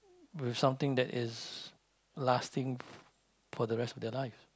with something that is lasting for the rest of their life